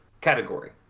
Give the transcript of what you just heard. category